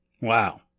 Wow